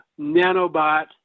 nanobot